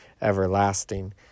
everlasting